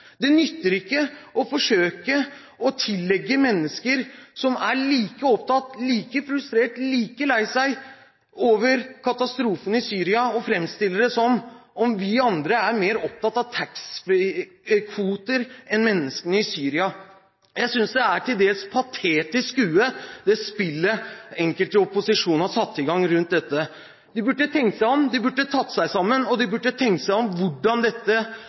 Det nytter ikke å forsøke å framstille det som om vi andre, mennesker som er like opptatt av, like frustrert over, like lei seg over katastrofen i Syria, er mer opptatt av taxfree-kvoter enn av menneskene i Syria. Jeg synes det er et til dels patetisk skue, det spillet enkelte i opposisjonen har satt i gang rundt dette. De burde tenkt seg om, de burde tatt seg sammen og tenkt over hvordan dette